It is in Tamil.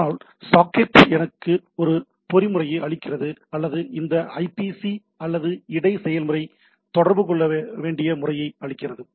ஆனால் சாக்கெட் எனக்கு ஒரு பொறிமுறையை அளிக்கிறது அல்லது இந்த ஐபிசி அல்லது இடை செயல்முறை தொடர்பு கொள்ள வேண்டிய முறை அளிக்கிறது